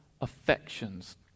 affections